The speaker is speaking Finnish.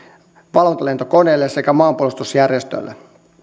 valvontalentokoneelle sekä maanpuolustusjärjestölle